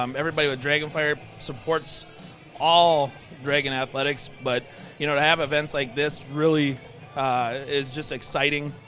um everybody with dragon fire supports all dragon athletics. but you know to have events like this really is just exciting.